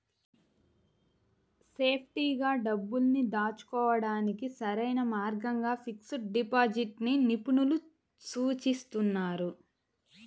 సేఫ్టీగా డబ్బుల్ని దాచుకోడానికి సరైన మార్గంగా ఫిక్స్డ్ డిపాజిట్ ని నిపుణులు సూచిస్తున్నారు